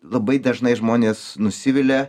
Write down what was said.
labai dažnai žmonės nusivilia